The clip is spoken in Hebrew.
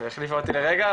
שהחליפה אותי לרגע,